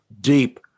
deep